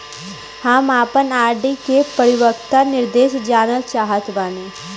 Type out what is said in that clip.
हम आपन आर.डी के परिपक्वता निर्देश जानल चाहत बानी